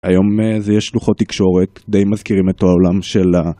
היום זה יש לוחות תקשורת די מזכירים את עולם של ה...